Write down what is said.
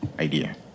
idea